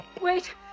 Wait